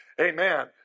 Amen